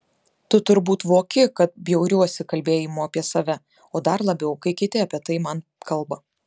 tu turbūt voki kad bjauriuosi kalbėjimu apie save o dar labiau kai kiti apie tai man kalba